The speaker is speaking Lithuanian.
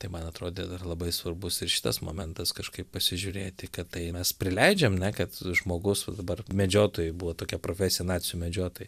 tai man atrodė dar labai svarbus ir šitas momentas kažkaip pasižiūrėti kad tai mes prileidžiam ne kad žmogus va dabar medžiotojui buvo tokia profesija nacių medžiotojai